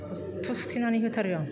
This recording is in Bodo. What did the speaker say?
खस्थ' सुथेनानै होथारो आं